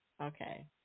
Okay